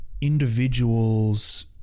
individuals